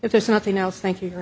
if there's nothing else thank you